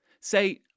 say